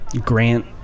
Grant